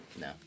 No